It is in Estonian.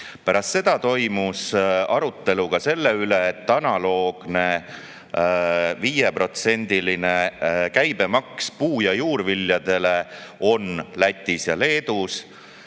Pärast seda toimus arutelu selle üle, et analoogne 5%‑line käibemaks on puu‑ ja juurviljadele Lätis ja Leedus.